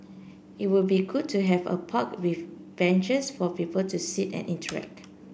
it would be good to have a park with benches for people to sit and interact